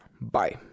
Bye